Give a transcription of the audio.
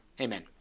Amen